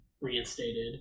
reinstated